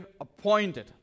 appointed